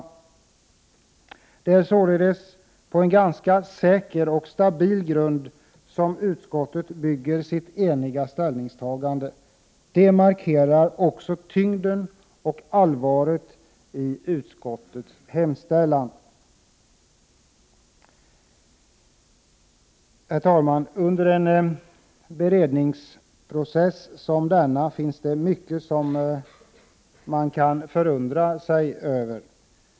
Det är således på en ganska säker och stabil grund som utskottet bygger sitt eniga ställningstagande. Det markerar också tyngden och allvaret i utskottets hemställan. Herr talman! Under en beredningsprocess som denna finns det mycket som man kan förundra sig över.